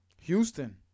Houston